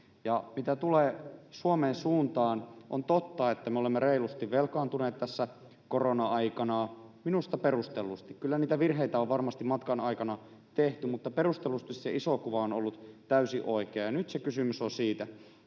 Mitä tulee Suomen suuntaan, on totta, että me olemme reilusti velkaantuneet tässä korona-aikana — minusta perustellusti. Kyllä virheitä on varmasti matkan aikana tehty, mutta perustellusti se iso kuva on ollut täysin oikea. Nyt kysymys on siitä,